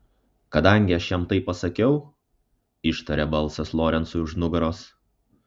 kadangi aš jam tai pasakiau ištarė balsas lorencui už nugaros